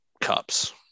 cups